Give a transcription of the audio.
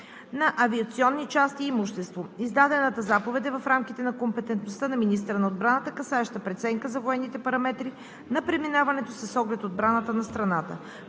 на авиационни части и имущество. Издадената заповед е в рамките на компетентността на министъра на отбраната, касаеща преценка за военните параметри на преминаването с оглед отбраната на страната.